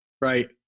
Right